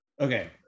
Okay